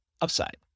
upside